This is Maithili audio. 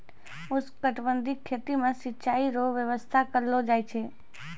उष्णकटिबंधीय खेती मे सिचाई रो व्यवस्था करलो जाय छै